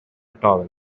towel